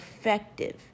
effective